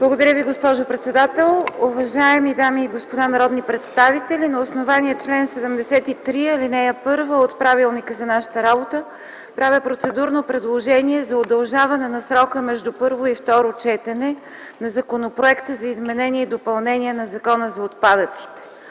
Благодаря Ви, госпожо председател. Уважаеми дами и господа народни представители, на основание чл. 73, ал. 1 от правилника за нашата работа правя процедурно предложение за удължаване на срока между първо и второ четене на Законопроекта за изменение и допълнение на Закона за отпадъците.